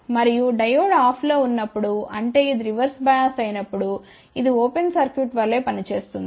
మరియు డయోడ్ ఆఫ్లో ఉన్నప్పుడు అంటే ఇది రివర్స్ బయాస్ అయినప్పుడు ఇది ఓపెన్ సర్క్యూట్ వలె పనిచేస్తుంది